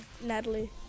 Natalie